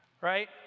Right